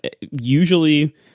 Usually